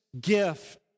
gift